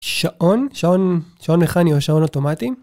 שעון, שעון מכני או שעון אוטומטי